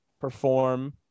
perform